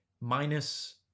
minus